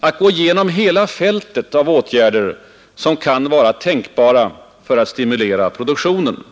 att gå igenom hela fältet av åtgärder som kan vara tänkbara för att stimulera produktionen?